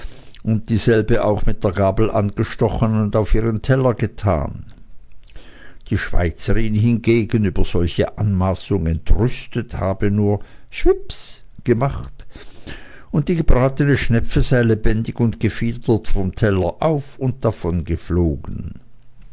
gehalten dieselbe auch mit der gabel angestochen und auf ihren teller getan die schweizerin hingegen über solche anmaßung entrüstet habe nur swips gemacht und die gebratene schnepfe sei lebendig und gefiedert vom teller auf und davon geflogen